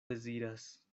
deziras